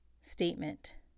statement